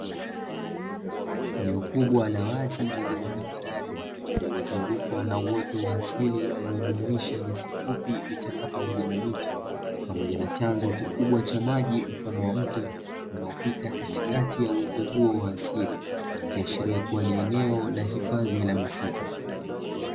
Eneo kubwa la wazi lililo tambarare lilozungukwa na uoto wa asili unaojumuisha nyasi fupi, vichaka pamoja na miti, pamoja na chazo kikubwa cha maji mfano wa mto unaopita katikati ya uoto huo wa asili ikiashiria kuwa ni eneo la hifadhi la misitu.